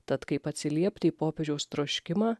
tad kaip atsiliepti į popiežiaus troškimą